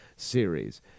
Series